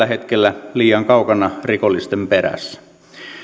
tällä hetkellä liian kaukana rikollisten perässä